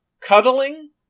cuddling